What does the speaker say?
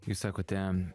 jūs sakote